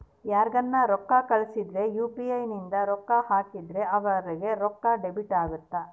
ಯಾರ್ಗನ ರೊಕ್ಕ ಕಳ್ಸಿದ್ರ ಯು.ಪಿ.ಇ ಇಂದ ರೊಕ್ಕ ಹಾಕಿದ್ರ ಆವಾಗ ರೊಕ್ಕ ಡೆಬಿಟ್ ಅಗುತ್ತ